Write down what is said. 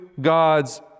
God's